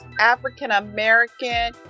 African-American